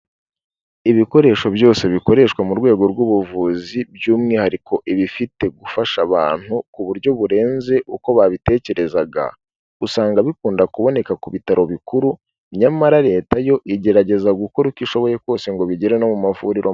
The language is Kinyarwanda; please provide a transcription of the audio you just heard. Ibikoresho byose bikoreshwa mu rwego rw'ubuvuzi by'umwihariko ibifite gufasha abantu ku buryo burenze uko babitekerezaga, usanga bikunda kuboneka ku bitaro bikuru nyamara Leta yo igerageza gukora uko ishoboye kose ngo bigere no mu mavuriro.